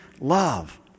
love